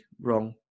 wrong